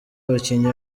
abakinnyi